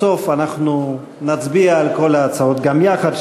בסוף אנחנו נצביע על כל ההצעות גם יחד,